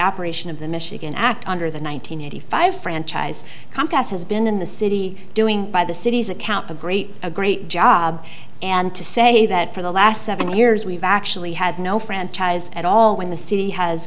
operation of the michigan act under the one thousand nine hundred five franchise comcast has been in the city doing by the city's account a great a great job and to say that for the last seven years we've actually had no franchise at all when the city has